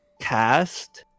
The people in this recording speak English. cast